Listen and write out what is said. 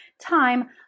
time